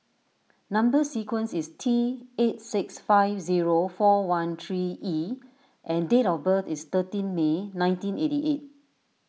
Number Sequence is T eight six five zero four one three E and date of birth is thirteen May nineteen eighty eight